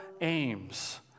aims